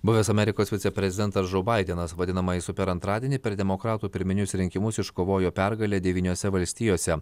buvęs amerikos viceprezidentas žou baidenas vadinamąjį super antradienį per demokratų pirminius rinkimus iškovojo pergalę devyniose valstijose